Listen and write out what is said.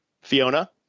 Fiona